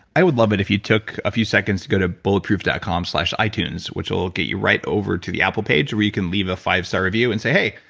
i would love it if you took a few seconds to go to bulletproof dot com slash itunes which will will get you right over to the apple page where you can leave a five star review and say hey,